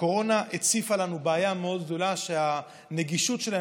הקורונה הציפה לנו בעיה מאוד גדולה: הגישה שלהם